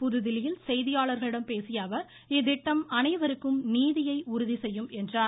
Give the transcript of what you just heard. புதுதில்லியில் செய்தியாளர்களிடம் பேசிய அவர் இத்திட்டம் அனைவருக்கும் நீதியை உறுதிசெய்யும் என்றார்